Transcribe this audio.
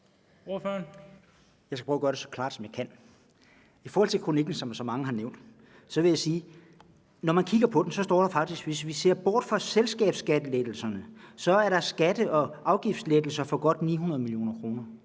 Jeg skal prøve at gøre det så klart, som jeg kan. I forhold til kronikken, som så mange har nævnt, vil jeg sige, at når man kigger på den, så vil man se, at der faktisk står – hvis vi ser bort fra selskabsskattelettelserne – at der er skatte- og afgiftslettelser for godt 900 mio. kr.